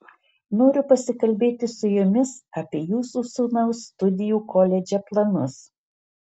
noriu pasikalbėti su jumis apie jūsų sūnaus studijų koledže planus